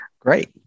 great